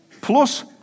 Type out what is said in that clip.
plus